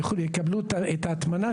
יקבלו את ההטמנה,